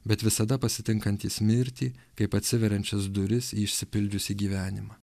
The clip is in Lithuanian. bet visada pasitinkantys mirtį kaip atsiveriančias duris į išsipildžiusį gyvenimą